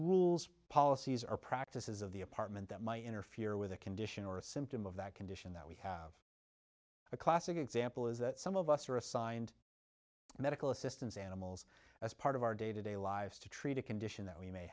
rules policies or practices of the apartment that my interfere with a condition or a symptom of that condition that we have a classic example is that some of us are assigned medical assistance animals as part of our day to day lives to treat a condition that we may